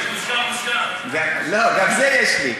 גם זה יש לי.